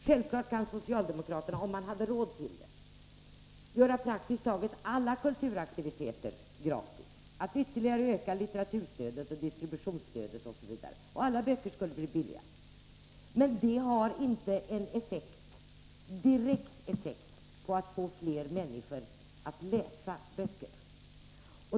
Självfallet kunde socialdemokraterna — om man hade råd till det — göra praktiskt taget alla kulturaktiviteter kostnadsfria, ytterligare öka litteraturstödet, distributionsstödet osv. Alla böcker skulle då bli billiga. Men det har inte en direkt effekt när det gäller att få fler människor att läsa böckerna.